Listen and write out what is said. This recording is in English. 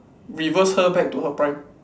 reverse her back to her prime